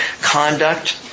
conduct